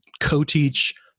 co-teach